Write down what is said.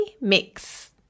Mix